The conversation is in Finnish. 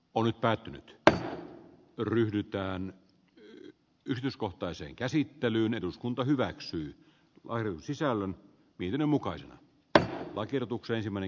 oli päätynyt b b ryhdikkään lyhyt yrityskohtaiseen käsittelyyn eduskunta hyväksyy lain sisällön vilinä mukaisina tähän arvoisa puhemies